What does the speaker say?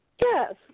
Yes